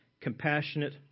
compassionate